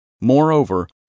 Moreover